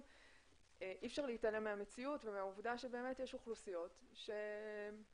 שלהם אי אפשר להתעלם מהמציאות ומהעובדה שבאמת יש אוכלוסיות שלמרות